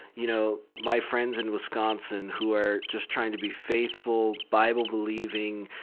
you know, my friends in wisconsin who are just trying to be faithful, bible-believing,